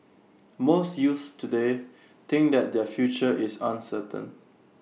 most youths today think that their future is uncertain